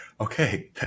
Okay